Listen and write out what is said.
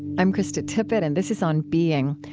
i'm krista tippett, and this is on being.